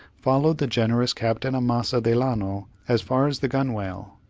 followed the generous captain amasa delano as far as the gunwale,